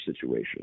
situation